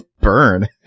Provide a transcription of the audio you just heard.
Burn